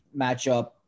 matchup